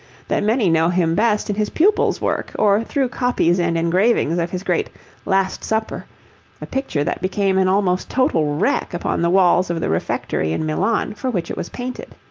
that many know him best in his pupils' work, or through copies and engravings of his great last supper' a picture that became an almost total wreck upon the walls of the refectory in milan, for which it was painted.